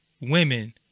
women